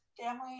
family